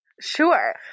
Sure